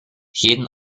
jeden